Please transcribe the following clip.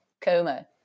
coma